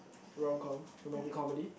romcom romantic comedy